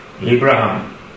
Abraham